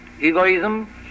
egoism